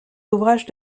ouvrages